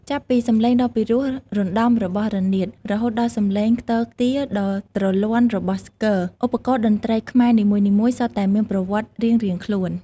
ចាប់ពីសំឡេងដ៏ពីរោះរណ្ដំរបស់រនាត រហូតដល់សំឡេងខ្ទរខ្ទារដ៏ទ្រលាន់របស់ស្គរ ឧបករណ៍តន្ត្រីខ្មែរនីមួយៗសុទ្ធតែមានប្រវត្តិរៀងៗខ្លួន។